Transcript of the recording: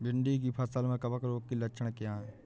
भिंडी की फसल में कवक रोग के लक्षण क्या है?